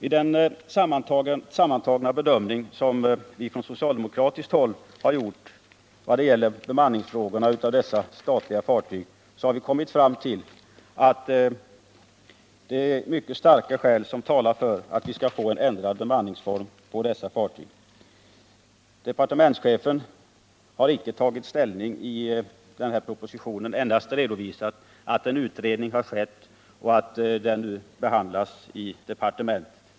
I den sammantagna bedömning som vi från socialdemokratiskt håll har gjort vad gäller frågorna om bemanning av dessa statliga fartyg har vi kommit fram till att mycket starka skäl talar för att ändra bemanningsformen. Departementschefen har inte tagit ställning i propositionen, endast redovisat att en utredning har skett och att den behandlas i departementet.